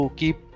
keep